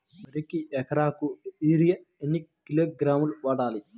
వరికి ఎకరాకు యూరియా ఎన్ని కిలోగ్రాములు వాడాలి?